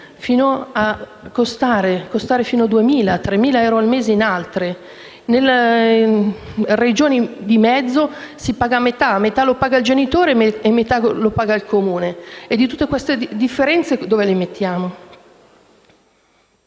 fino a costare 2.000 o 3.000 euro al mese in altre; nelle Regioni di mezzo si paga a metà, cioè metà lo paga il genitore e metà lo paga il Comune. E tutte queste differenze dove le mettiamo?